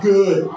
Good